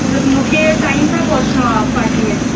मतिलबु मूंखे टाइम सां पहुचणो आहे पार्टी में